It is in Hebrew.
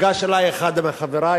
ניגש אלי אחד מחברי,